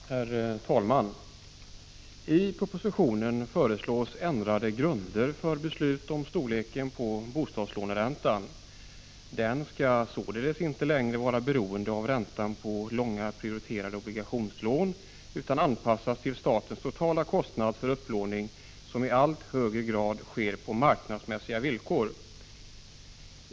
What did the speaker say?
Herr talman! I propositionen föreslås ändrade grunder för beslut om storleken på bostadslåneräntan. Denna skall således inte längre vara beroende av räntan på långa prioriterade obligationslån utan anpassas till statens totala kostnad för upplåning som i allt högre grad sker på marknadsmässiga villkor.